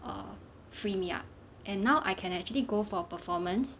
err free me up and now I can actually go for performance